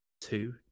two